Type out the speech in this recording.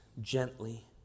gently